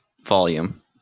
volume